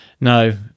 no